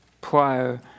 prior